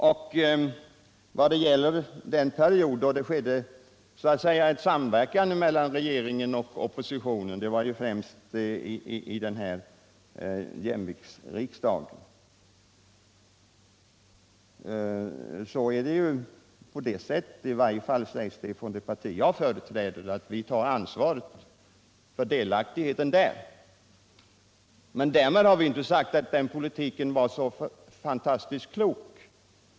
Vi från vårt parti tar ansvar för delaktigheten i den samverkan mellan regeringen och oppositionen som skedde under den s.k. jämviktsriksdagen. Därmed har vi dock inte sagt att den politiken var så fantastiskt klok.